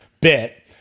bit